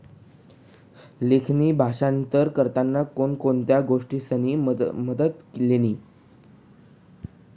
लेखणी भाषांतर करताना कोण कोणत्या गोष्टीसनी मदत लिनी